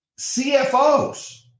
CFOs